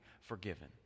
forgiven